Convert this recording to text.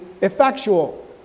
effectual